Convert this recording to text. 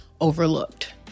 overlooked